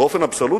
באופן אבסולוטי,